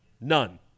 None